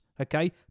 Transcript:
Okay